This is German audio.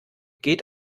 geht